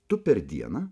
tu per dieną